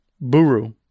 Buru